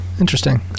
Interesting